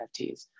NFTs